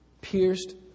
Pierced